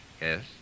Yes